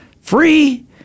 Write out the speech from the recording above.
Free